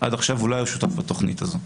עד עכשיו הוא לא היה שותף בתכנית הזאת.